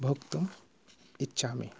भोक्तुम् इच्छामि